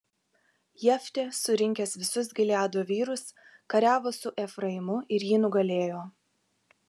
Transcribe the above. jeftė surinkęs visus gileado vyrus kariavo su efraimu ir jį nugalėjo